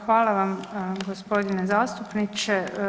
Hvala vam, g. zastupniče.